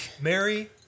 Mary